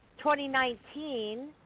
2019